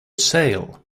sail